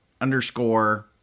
underscore